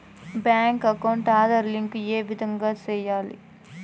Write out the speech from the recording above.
Bank account Aadhaar link ఏ విధంగా సెయ్యాలి?